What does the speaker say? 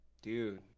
dude